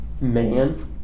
man